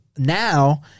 Now